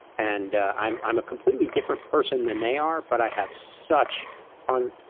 and i'm i'm a completely different person than they are but i have such un,